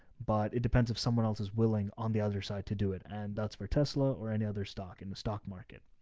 but it depends if someone else's willing on the other side to do it, and that's where tesla or any other stock in the stock market.